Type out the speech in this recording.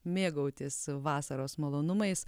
mėgautis vasaros malonumais